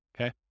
okay